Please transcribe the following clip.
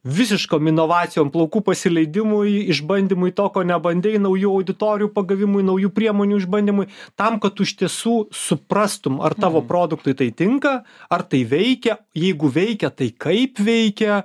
visiškom inovacijom plaukų pasileidimui išbandymui to ko nebandei naujų auditorijų pagavimui naujų priemonių išbandymui tam kad tu iš tiesų suprastum ar tavo produktui tai tinka ar tai veikia jeigu veikia tai kaip veikia